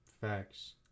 Facts